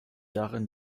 darin